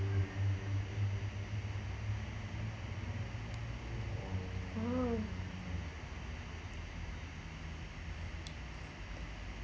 oh